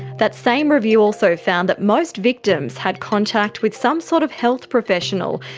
that same review also found that most victims had contact with some sort of health professional,